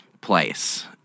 place